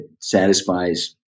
satisfies